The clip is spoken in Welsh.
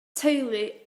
teulu